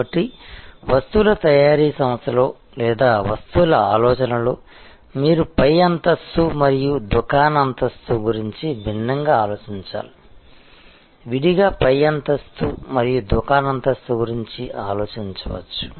కాబట్టి వస్తువుల తయారీ సంస్థలో లేదా వస్తువుల ఆలోచనలో మీరు పై అంతస్తు మరియు దుకాణక్రింది అంతస్తు గురించి భిన్నంగా ఆలోచించాలి విడిగా పై అంతస్తు మరియు దుకాణ అంతస్తు గురించి ఆలోచించవచ్చు